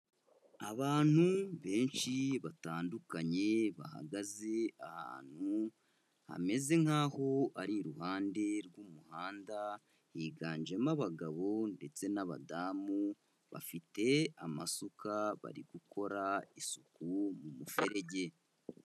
Abantu benshi batandukanye bahagaze ahantu hameze nk'aho ari iruhande rw'umuhanda higanjemo abagabo ndetse n'abadamu, bafite amasuka bari gukora isuku mu muferege.